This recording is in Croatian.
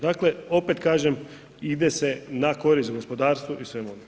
Dakle opet kažem ide se na korist gospodarstvu i svemu onom.